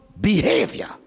behavior